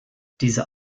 dieser